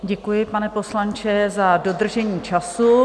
Děkuji, pane poslanče za dodržení času.